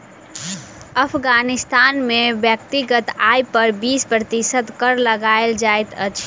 अफ़ग़ानिस्तान में व्यक्तिगत आय पर बीस प्रतिशत कर लगायल जाइत अछि